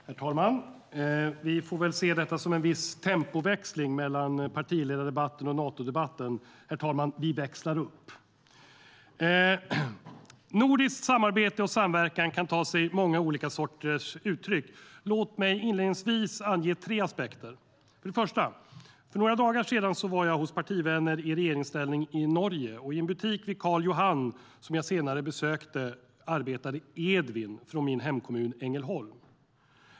Herr talman! Vi får väl se detta som en viss tempoväxling mellan partiledardebatten och Natodebatten: Herr talman! Vi växlar upp! Nordiskt samarbete och samverkan kan ta sig många olika sorters uttryck. Låt mig inledningsvis ange tre aspekter. För några dagar sedan besökte jag partivänner i regeringsställning i Norge. I en butik vid Karl Johan som jag senare besökte arbetade Edvin från min hemkommun Ängelholm.